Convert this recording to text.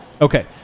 Okay